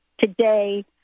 Today